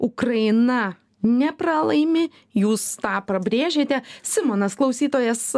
ukraina nepralaimi jūs tą prabrėžėte simonas klausytojas